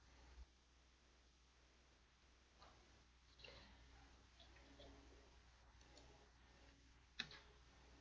yeah